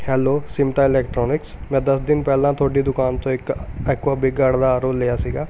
hello ਸਿੰਮਟਾ electronics ਮੈਂ ਦਸ ਦਿਨ ਪਹਿਲਾਂ ਤੁਹਾਡੀ ਦੁਕਾਨ 'ਚੋਂ ਇੱਕ ਐਕੁਆ ਬਿਗਾਰਡ ਦਾ ਆਰ ਓ ਲਿਆ ਸੀ